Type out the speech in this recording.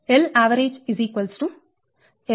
L avg La Lb